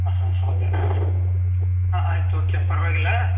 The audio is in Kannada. ಹಾಂ ಹಾಂ ಹೌದಾ ಹಾಂ ಆಯ್ತು ಓಕೆ ಪರವಾಗಿಲ್ಲ